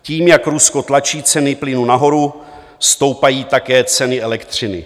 Tím, jak Rusko tlačí ceny plynu nahoru, stoupají také ceny elektřiny.